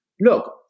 Look